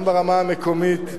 גם ברמה המקומית,